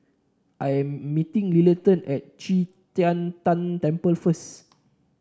I am meeting Littleton at Qi Tian Tan Temple first